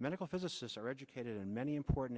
medical physicists are educated in many important